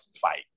fight